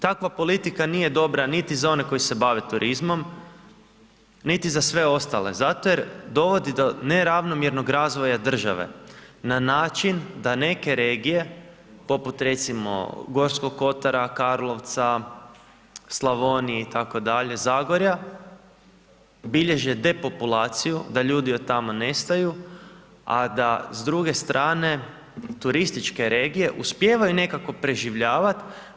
Takva politika nije dobra niti za one koji se bave turizmom, niti za sve ostale zato jer dovodi do neravnomjernog razvoja države na način da neke regije poput recimo Gorskog Kotara, Karlovca, Slavonije, itd., Zagorja bilježe depopulaciju da ljudi od tamo nestaju, a da s druge strane turističke regije uspijevaju nekako preživljavat.